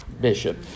bishop